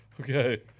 okay